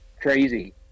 crazy